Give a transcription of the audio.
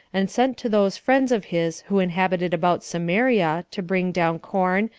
and sent to those friends of his who inhabited about samaria to bring down corn,